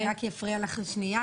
אני רק אפריע לך לשנייה,